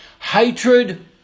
Hatred